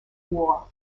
war